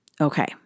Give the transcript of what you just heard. Okay